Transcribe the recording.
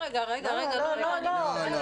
לא,